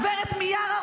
גב' מיארה,